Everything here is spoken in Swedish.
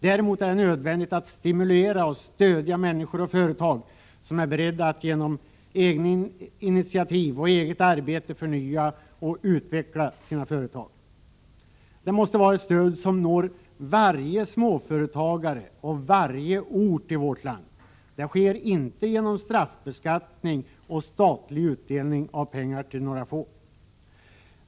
Däremot är det nödvändigt att stimulera och stödja människor, företagare, som är beredda att genom egna initiativ och eget arbete förnya och utveckla sina företag. Det måste vara ett stöd som når varje småföretagare och varje ort i vårt land. Det sker inte genom straffbeskattning och statlig utdelning av pengar till några få.